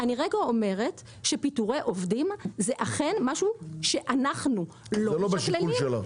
אני אומרת שפיטורי עובדים זה אכן משהו שאנחנו לא משקללים,